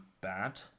bad